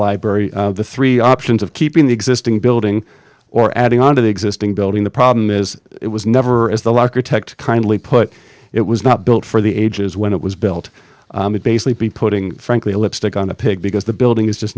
library the three options of keeping the existing building or adding on to the existing building the problem is it was never as the locker tech kindly put it was not built for the ages when it was built it basically be putting frankly lipstick on a pig because the building is just